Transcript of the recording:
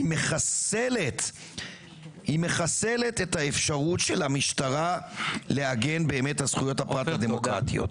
היא מחסלת את האפשרות של המשטרה לעגן באמת על זכויות הפרט הדמוקרטיות.